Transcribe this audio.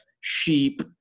sheep